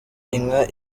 inka